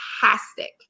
fantastic